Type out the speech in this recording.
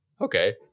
okay